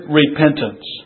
repentance